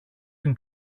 την